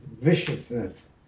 viciousness